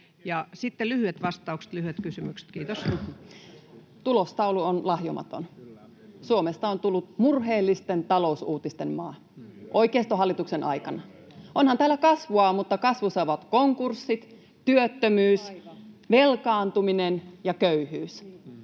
(Juho Eerola ps) Time: 16:46 Content: Tulostaulu on lahjomaton. Suomesta on tullut murheellisten talousuutisten maa oikeistohallituksen aikana. Onhan täällä kasvua, mutta kasvussa ovat konkurssit, työttömyys, velkaantuminen ja köyhyys.